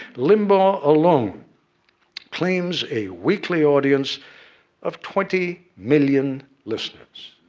limbaugh alone claims a weekly audience of twenty million listeners.